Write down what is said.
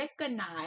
recognize